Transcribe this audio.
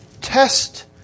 test